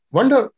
Wonder